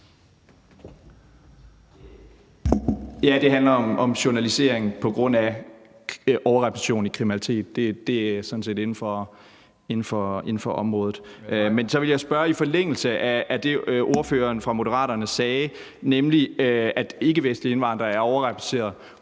Ja, det handler om journalisering på grund af overrepræsentation i kriminalitet, og det er sådan set inden for området. Men så vil jeg spørge i forlængelse af det, ordføreren fra Moderaterne sagde, nemlig at ikkevestlige indvandrere er overrepræsenteret,